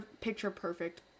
picture-perfect